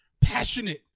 passionate